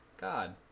God